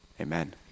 amen